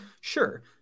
Sure